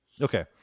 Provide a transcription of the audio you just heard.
Okay